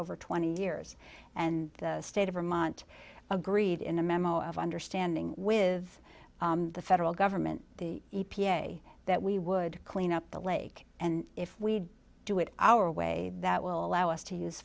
over twenty years and the state of vermont agreed in a memo of understanding with the federal government the e p a that we would clean up the lake and if we do it our way that will allow us to use